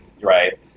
Right